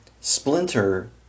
splinter